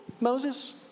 Moses